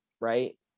right